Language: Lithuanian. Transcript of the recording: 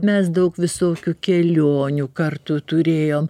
mes daug visokių kelionių kartu turėjo